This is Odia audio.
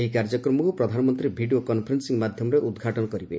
ଏହି କାର୍ଯ୍ୟକ୍ରମକୁ ପ୍ରଧାନମନ୍ତ୍ରୀ ଭିଡ଼ିଓ କନ୍ଫରେନ୍ସିଂ ମାଧ୍ୟମରେ ଉଦ୍ଘାଟନ କରିବେ